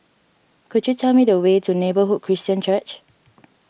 could you tell me the way to Neighbourhood Christian Church